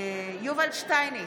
יובל שטייניץ,